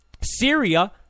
Syria